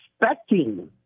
Expecting